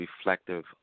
reflective